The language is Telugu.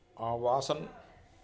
ఆ వాసన